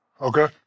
Okay